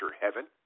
heaven